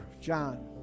John